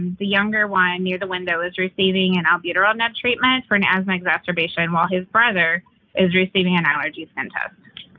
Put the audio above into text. the younger one near the window is receiving an albuterol neb treatment for an asthma exacerbation, while his brother is receiving an allergy skin test.